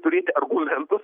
turėti argumentus